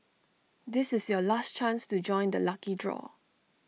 this is your last chance to join the lucky draw